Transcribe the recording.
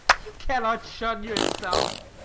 you cannot shun yourself.